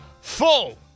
full